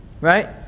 Right